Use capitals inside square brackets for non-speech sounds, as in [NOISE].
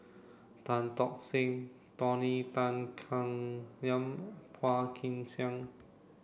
Tan Tock Seng Tony Tan Keng Yam [UNINTELLIGIBLE] Phua Kin Siang